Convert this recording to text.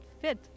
fit